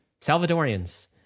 Salvadorians